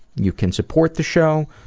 you can support the show,